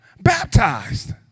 baptized